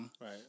Right